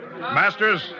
Masters